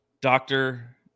doctor